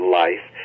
life